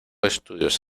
estudios